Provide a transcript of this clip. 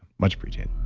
much appreciated